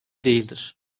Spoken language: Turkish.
değildir